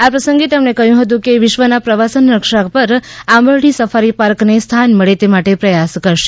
આ પ્રસંગે તેમણે કહ્યું હતું કે વિશ્વના પ્રવાસન નકશા પર આંબરડી સફારી પાર્કને સ્થાન મળે તે માટે પ્રયાસ કરશે